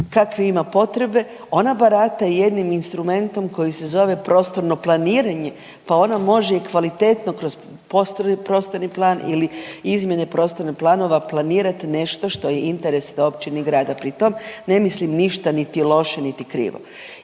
kakve ima potrebe. Ona barata i jednim instrumentom koji se zove prostorno planiranje pa ona može i kvalitetno kroz prostorni plan ili izmjene prostornih planova planirat nešto što je interes te općine i grada. Pri tom ne mislim ništa niti loše niti krivo.